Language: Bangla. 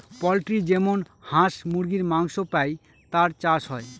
পোল্ট্রি যেমন হাঁস মুরগীর মাংস পাই তার চাষ হয়